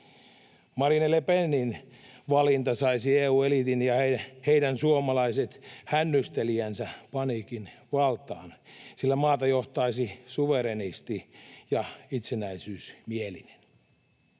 Marine Le Penin valinta saisi EU-eliitin ja heidän suomalaiset hännystelijänsä paniikin valtaan, sillä maata johtaisi suverenisti ja itsenäisyysmielinen.